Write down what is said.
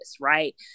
right